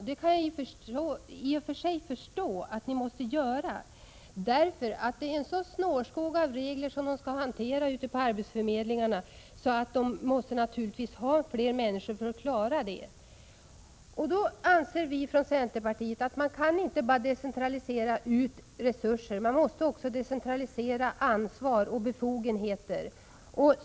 Jag kan i och för sig förstå att ni måste göra det, eftersom det är en sådan snårskog av regler som arbetsförmedlingarna har att hantera, att de naturligtvis måste ha fler människor för att klara det. Vi från centerpartiet anser att man inte kan decentralisera bara resurser. Man måste också decentralisera ansvar och befogenheter.